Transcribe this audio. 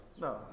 no